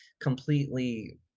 completely